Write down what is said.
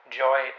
joy